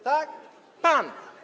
Tak, pan.